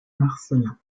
marcellin